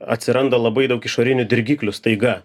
atsiranda labai daug išorinių dirgiklių staiga